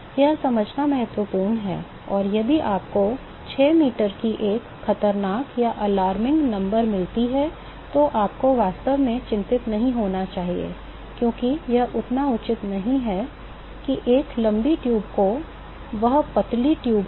यह समझना महत्वपूर्ण है और यदि आपको 6 मीटर की एक खतरनाक संख्या मिलती है तो आपको वास्तव में चिंतित नहीं होना चाहिए क्योंकि यह इतना उचित नहीं है कि एक लंबी ट्यूब और वह पतली ट्यूब हो